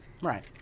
Right